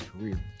career